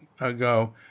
ago